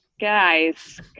guys